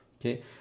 okay